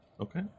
Okay